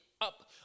up